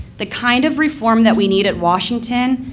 the kind of reform that we need at washington,